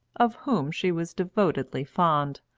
of whom she was devotedly fond.